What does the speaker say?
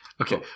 Okay